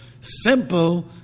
Simple